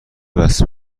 بسته